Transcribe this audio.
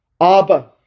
abba